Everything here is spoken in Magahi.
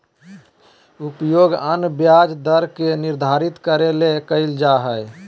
उपयोग अन्य ब्याज दर के निर्धारित करे ले कइल जा हइ